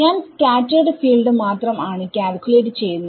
ഞാൻ scattered field മാത്രം ആണ് കാൽക്കുലേറ്റ് ചെയ്യുന്നത്